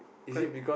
quite